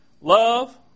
Love